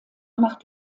macht